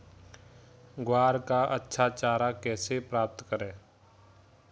ग्वार का अच्छा चारा कैसे प्राप्त करें?